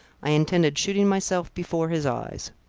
i intended shooting myself before his eyes.